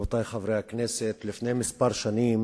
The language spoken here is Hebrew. רבותי חברי הכנסת, לפני כמה שנים